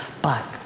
but